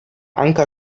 anker